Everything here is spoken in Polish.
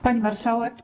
Pani Marszałek!